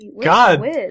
God